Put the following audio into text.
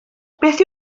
beth